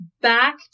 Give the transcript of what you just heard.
Back